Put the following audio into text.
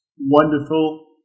wonderful